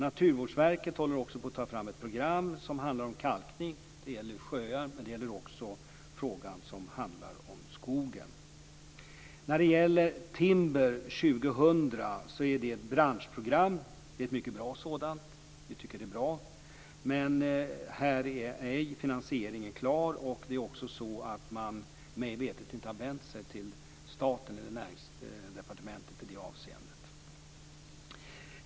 Naturvårdsverket håller också på att ta fram ett program som handlar om kalkning. Det gäller sjöar men handlar också om skogen. Timber 2000 är ett branschprogram, ett mycket bra sådant, tycker vi. Men här är ej finansieringen klar. Det är också så att man mig veterligt inte har vänt sig till staten eller Näringsdepartementet i det avseendet.